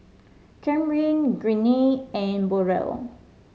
Camryn Greene and Burrell